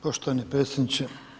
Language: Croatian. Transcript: Poštovani predsjedniče.